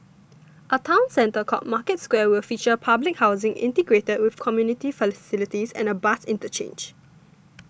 a town centre called Market Square will feature public housing integrated with community facilities and a bus interchange